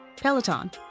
Peloton